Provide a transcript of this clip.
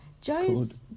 Joe's